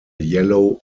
yellow